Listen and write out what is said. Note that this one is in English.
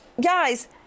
Guys